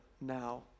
now